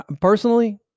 personally